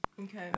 Okay